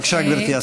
בבקשה, גברתי.